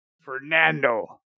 Fernando